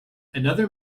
another